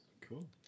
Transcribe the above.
Cool